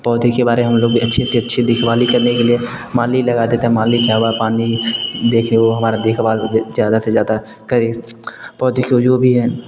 पौधे के बारे में हम लोग भी अच्छे से अच्छे देख भाली करने के लिए माली लगाता था माली छाँव पानी दे कर वो हमारा देख भाल ज़्यादा से ज़्यादा करें पौधे को जो भी है